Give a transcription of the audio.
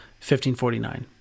1549